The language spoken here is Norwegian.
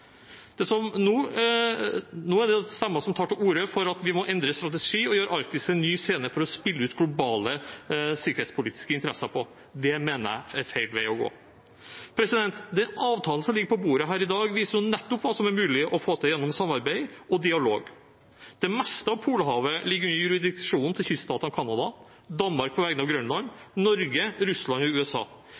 Det har man lykkes med. Nå er det stemmer som tar til orde for at vi må endre strategi og gjøre Arktis til en ny scene å spille ut globale sikkerhetspolitiske interesser på. Det mener jeg er feil vei å gå. Den avtalen som ligger på bordet i dag, viser jo nettopp hva som er mulig å få til gjennom samarbeid og dialog. Det meste av Polhavet ligger under jurisdiksjonen til kyststatene Canada, Danmark på vegne av Grønland, Norge, Russland og USA.